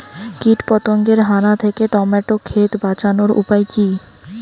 কীটপতঙ্গের হানা থেকে টমেটো ক্ষেত বাঁচানোর উপায় কি?